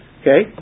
Okay